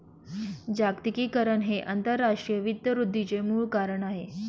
जागतिकीकरण हे आंतरराष्ट्रीय वित्त वृद्धीचे मूळ कारण आहे